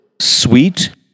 sweet